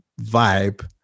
vibe